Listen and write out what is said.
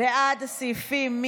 לסעיף 2: